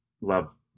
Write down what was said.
love